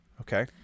Okay